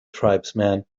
tribesman